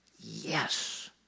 Yes